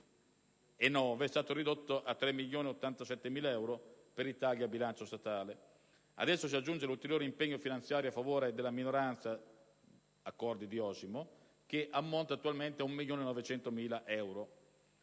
è stato ridotto a 3.087.000 euro per i tagli nel bilancio statale. Ad esso si aggiunge l'ulteriore impegno finanziario a favore della minoranza (ex Accordi di Osimo), che ammonta attualmente a oltre 1.900.000 euro.